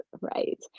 right